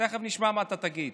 תכף נשמע מה אתה תגיד,